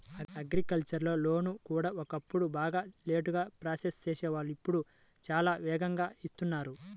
agricultural లోన్లు కూడా ఒకప్పుడు బాగా లేటుగా ప్రాసెస్ చేసేవాళ్ళు ఇప్పుడు చాలా వేగంగా ఇస్తున్నారు